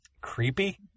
creepy